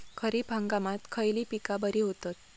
खरीप हंगामात खयली पीका बरी होतत?